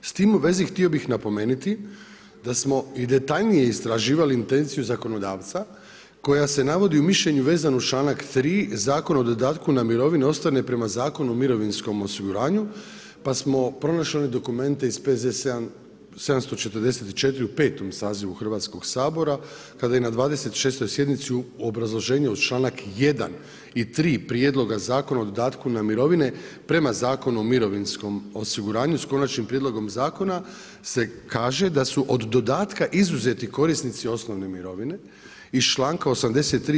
S tim u vezi htio bih napomenuti da smo i detaljnije istraživali intenciju zakonodavca koja se navodi u mišljenju vezano uz članak 3. Zakona o dodatku na mirovine ostvarene prema Zakonu o mirovinskom osiguranju pa smo pronašli one dokumente iz PZ 744 u 5. sazivu Hrvatskog sabora kada je na 26. sjednici uz obrazloženje uz članak 1. i 3. Prijedloga zakona o dodatku na mirovine prema Zakonu o mirovinskom osiguranju s Konačnim prijedlogom zakona se kaže da su od dodatka izuzeti korisnici osnovne mirovine iz članka 83.